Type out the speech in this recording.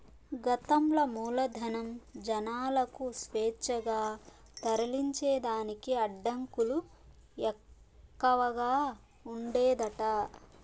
గతంల మూలధనం, జనాలకు స్వేచ్ఛగా తరలించేదానికి అడ్డంకులు ఎక్కవగా ఉండేదట